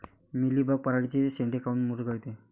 Mealybug पराटीचे चे शेंडे काऊन मुरगळते?